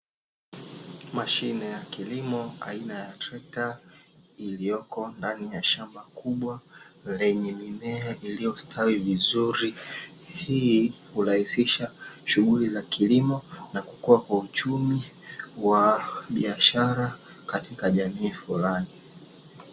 Mashine ya kilimo aina ya trekta, iliyoko ndani ya shamba kubwa lenye mimea iliyostawi vizuri. Hii hurahisisha shughuli za kilimo na kukuwa kwa uchumi wa biashara katika jamii fulani.